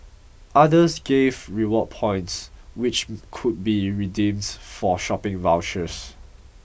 others gave rewards points which could be redeemed for shopping vouchers